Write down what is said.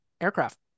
aircraft